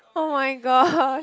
[oh]-my-gosh